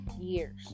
years